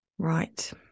Right